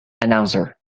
announcer